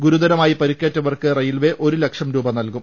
ഗുരുതര്മായി പരുക്കേറ്റവർക്ക് റെയിൽവേ ഒരു ലക്ഷം രൂപ നൽകും